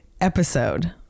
episode